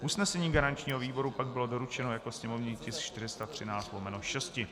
Usnesení garančního výboru pak bylo doručeno jako sněmovní tisk 413/6.